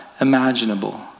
imaginable